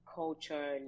culture